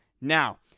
Now